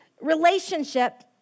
relationship